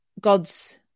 God's